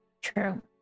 True